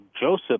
Joseph